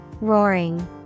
Roaring